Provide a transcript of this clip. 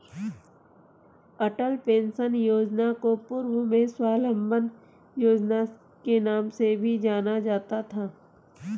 अटल pension Yojana को पूर्व में स्वाबलंबन योजना के नाम से भी जाना जाता था